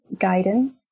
guidance